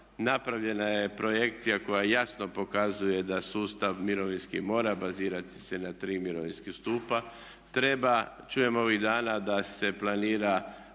napravljena je projekcija koja jasno pokazuje da sustav mirovinski mora bazirati se na tri mirovinska stupa. Treba, čujem ovih dana da se planira